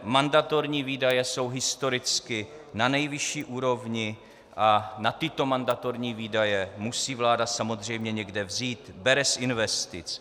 Mandatorní výdaje jsou historicky na nejvyšší úrovni a na tyto mandatorní výdaje musí vláda samozřejmě někde vzít bere z investic.